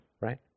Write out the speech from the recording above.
right